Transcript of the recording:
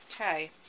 Okay